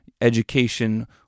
education